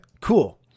cool